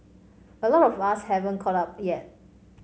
a lot of us haven't caught up yet